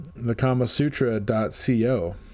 Thekamasutra.co